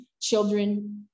Children